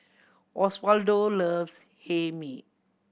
Osvaldo loves Hae Mee